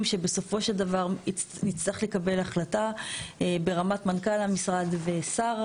שבסופו של דבר נצטרך לקבל החלטה ברמת מנכ"ל המשרד ושר,